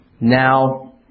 now